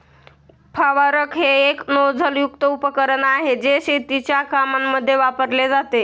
फवारक हे एक नोझल युक्त उपकरण आहे, जे शेतीच्या कामांमध्ये वापरले जाते